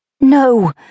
No